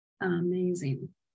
amazing